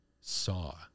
saw